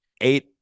eight